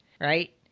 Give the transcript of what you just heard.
right